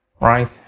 Right